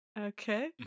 Okay